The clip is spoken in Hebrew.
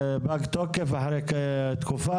זה פג תוקף אחרי תקופה?